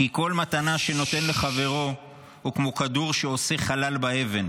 "כי כל מתנה שנותן לחברו --- הוא כמו כדור שעושה חלל באבן.